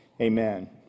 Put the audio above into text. Amen